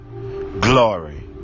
glory